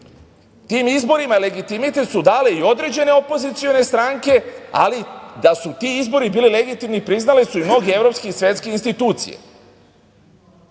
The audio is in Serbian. tim izborima legitimitet su dale određene opozicione stranke, ali da su ti izbori bili legitimni priznale su mnoge evropske i svetske institucije. Danas,